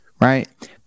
right